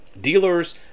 Dealers